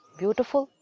beautiful